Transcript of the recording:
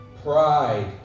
Pride